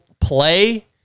play